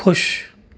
खु़शि